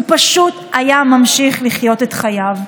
הוא פשוט היה ממשיך לחיות את חייו.